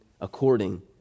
according